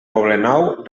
poblenou